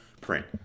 print